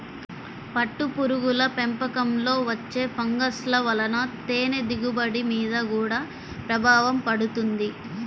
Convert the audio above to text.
పట్టుపురుగుల పెంపకంలో వచ్చే ఫంగస్ల వలన తేనె దిగుబడి మీద గూడా ప్రభావం పడుతుంది